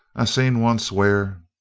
i seen once where